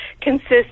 consists